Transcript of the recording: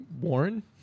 Warren